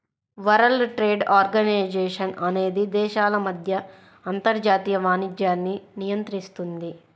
world trade organization అనేది దేశాల మధ్య అంతర్జాతీయ వాణిజ్యాన్ని నియంత్రిస్తుంది